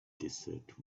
desert